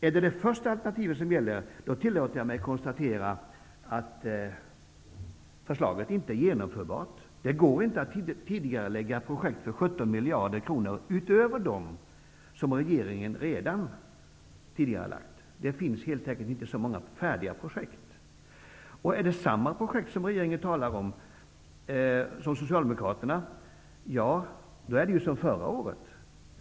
Om det första alternativet gäller tillåter jag mig att konstatera att det inte är genomförbart att tidigarelägga projekt för 17 mdkr utöver de som regeringen redan har tidigarelagt. Det finns helt enkelt inte så många färdiga projekt. Är projektet detsamma som regeringen och Socialdemokraterna talar om är det ju som förra året.